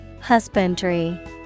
Husbandry